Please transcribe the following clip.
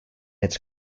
its